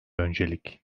öncelik